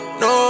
no